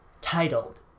Titled